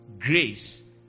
grace